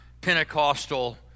Pentecostal